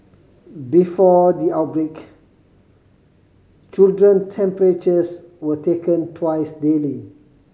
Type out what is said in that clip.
before the outbreak children temperatures were taken twice daily